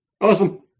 Awesome